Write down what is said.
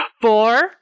Four